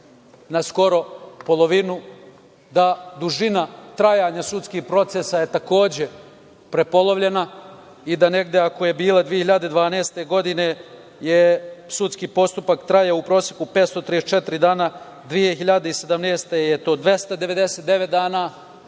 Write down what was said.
na skoro polovinu, da dužina trajanja sudskih procesa je takođe prepolovljena i da ako je bila 2012. godine je sudski postupak trajao u proseku 534 dana, 2017. godine je to 299 dana.